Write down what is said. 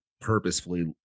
purposefully